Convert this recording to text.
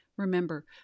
Remember